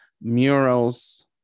murals